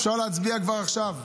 אפשר להצביע כבר עכשיו,